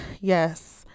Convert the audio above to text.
yes